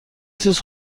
چیز